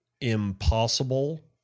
impossible